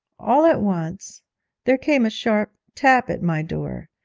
all at once there came a sharp tap at my door,